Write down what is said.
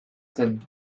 zen